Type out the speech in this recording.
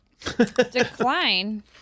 decline